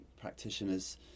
practitioners